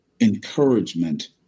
encouragement